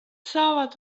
saavad